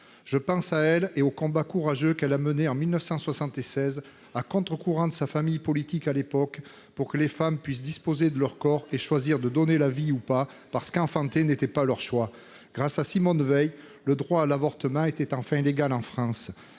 Je pense à elle et au combat courageux qu'elle a mené en 1976, à contre-courant de sa famille politique à l'époque, ... Pas toute !... pour que les femmes puissent disposer de leur corps et choisir de donner la vie, ou pas, lorsqu'enfanter n'était pas leur choix. Et la question ? Grâce à Simone Veil, le droit à l'avortement est enfin devenu légal en France.